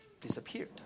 disappeared